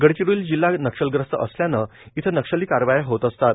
गडचिरोली जिल्हा नक्षलग्रस्त असल्याने इथं नक्षली कारवाया होत असतात